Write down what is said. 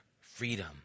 freedom